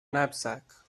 knapsack